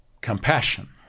compassion